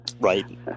Right